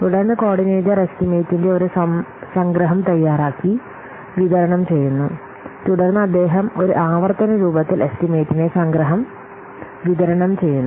തുടർന്ന് കോർഡിനേറ്റർ എസ്റ്റിമേറ്റിന്റെ ഒരു സംഗ്രഹം തയ്യാറാക്കി വിതരണം ചെയ്യുന്നു തുടർന്ന് അദ്ദേഹം ഒരു ആവർത്തന രൂപത്തിൽ എസ്റ്റിമേറ്റിന്റെ സംഗ്രഹം വിതരണം ചെയ്യുന്നു